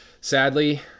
sadly